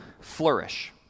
flourish